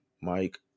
Mike